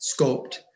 scoped